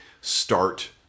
start